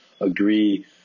agree